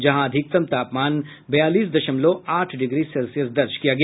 जहां अधिकतम तापमान बयालीस दशमलव आठ डिग्री सेल्सियस दर्ज किया गया